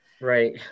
Right